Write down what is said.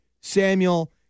Samuel